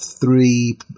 three